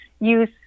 use